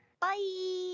Bye